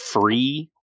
free